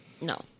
No